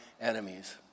enemies